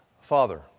Father